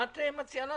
מה את מציעה לעשות?